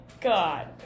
God